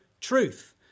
truth